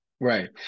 right